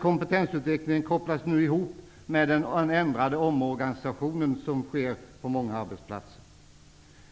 Kompetensutvecklingen kopplas nu ihop med den ändrade omorganisation som sker på många arbetsplatser.